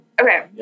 Okay